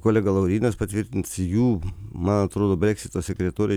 kolega laurynas patvirtins jų man atrodo breksito sekretoriai